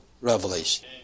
revelation